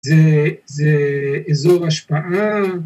זה זה איזור השפעה